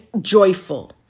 joyful